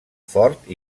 fort